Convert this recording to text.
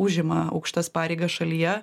užima aukštas pareigas šalyje